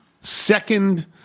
second